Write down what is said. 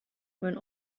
when